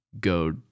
go